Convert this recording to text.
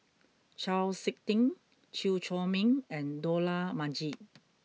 Chau Sik Ting Chew Chor Meng and Dollah Majid